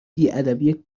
بیادبی